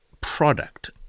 product